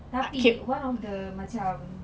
tapi one of the macam